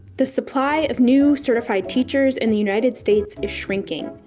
the supply of new certified teachers in the united states is shrinking,